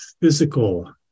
physical